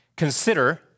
Consider